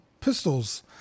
pistols